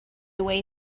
way